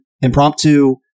impromptu